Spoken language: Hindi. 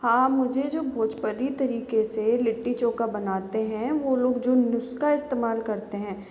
हाँ मुझे जो भोजपुरी तरीके से लिट्टी चोखा बनाते हैं वो लोग जो नुस्खा इस्तेमाल करते हैं